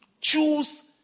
Choose